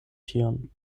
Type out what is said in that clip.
tion